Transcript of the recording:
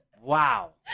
Wow